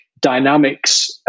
dynamics